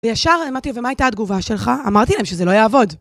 וישר אמרתי לו, ומה הייתה התגובה שלך? אמרתי להם שזה לא יעבוד.